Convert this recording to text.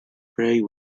pray